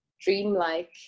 dreamlike